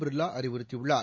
பிர்லா அறிவுறுத்தியுள்ளார்